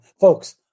folks